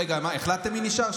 רגע, החלטתם מי נשאר?